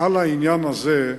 על העניין הזה,